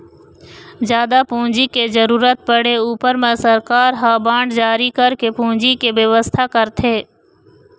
जादा पूंजी के जरुरत पड़े ऊपर म सरकार ह बांड जारी करके पूंजी के बेवस्था करथे